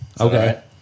Okay